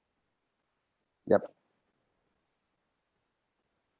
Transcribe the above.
yup